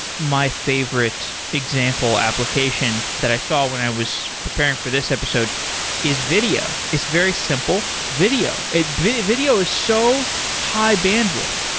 my favorite example application that i saw when i was preparing for this episode is video. it's very simple video. video video is so high-bandwidth.